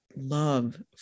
love